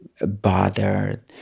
bothered